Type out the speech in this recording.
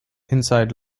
inside